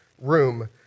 room